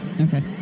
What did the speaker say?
Okay